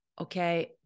okay